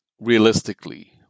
realistically